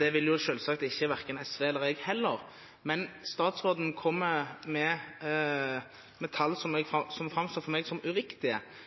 Det vil selvsagt ikke verken SV eller jeg heller, men statsråden kommer med tall som framstår for meg som uriktige,